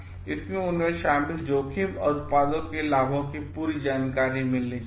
उन्हें इसमें शामिल जोखिम और उत्पाद के लाभों के बारे में पूरी जानकारी दी जानी चाहिए